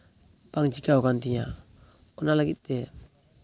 ᱵᱟᱝ ᱪᱤᱠᱟᱹᱣ ᱟᱠᱟᱱ ᱛᱤᱧᱟᱹ ᱚᱱᱟ ᱞᱟᱹᱜᱤᱫᱛᱮ